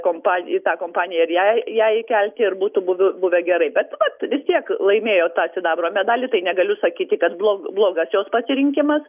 kompan į tą kompaniją ir jai ją įkelt ir būtų buv buvę gerai bet nu vat vis tiek laimėjo tą sidabro medalį tai negaliu sakyti kad blo blogas jos pasirinkimas